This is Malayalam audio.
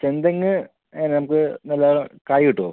ചെന്തെങ്ങ് നമുക്ക് നല്ല കായ് കിട്ടുമോ